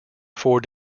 four